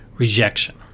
Rejection